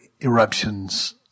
eruptions